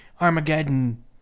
Armageddon